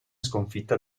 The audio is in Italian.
sconfitta